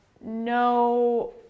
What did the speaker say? no